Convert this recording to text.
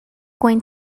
going